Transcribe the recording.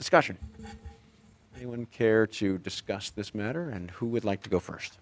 discussion he would care to discuss this matter and who would like to go first